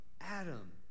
Adam